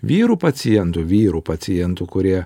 vyrų pacientų vyrų pacientų kurie